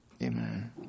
Amen